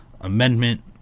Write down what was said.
amendment